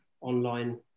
online